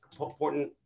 important